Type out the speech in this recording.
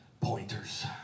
Pointers